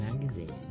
Magazine